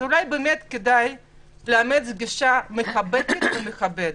אז אולי באמת כדאי לאמץ גישה מחבקת ומכבדת.